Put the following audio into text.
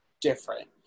different